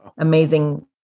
Amazing